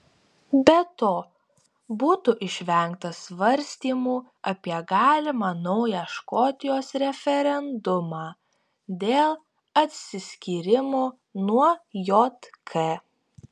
be to būtų išvengta svarstymų apie galimą naują škotijos referendumą dėl atsiskyrimo nuo jk